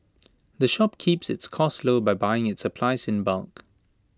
the shop keeps its costs low by buying its supplies in bulk